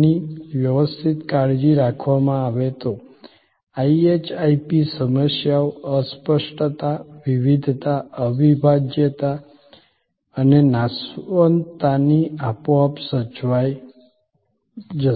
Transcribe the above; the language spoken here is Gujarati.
ની વ્યવસ્થિત કાળજી રાખવામા આવે તો IHIP સમસ્યાઓ અસ્પષ્ટતા વિવિધતા અવિભાજ્યતા અને નાશવંતતા ની આપોઆપ સચવાય જશે